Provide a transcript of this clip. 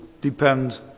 depend